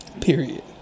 Period